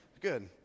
Good